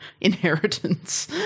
inheritance